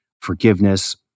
forgiveness